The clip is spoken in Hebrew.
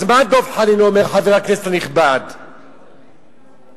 אז מה חבר הכנסת הנכבד דב חנין אומר?